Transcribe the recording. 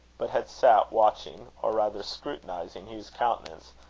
but had sat watching, or rather scrutinizing, hugh's countenance,